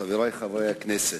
חברי חברי הכנסת,